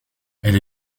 elle